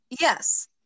yes